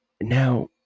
Now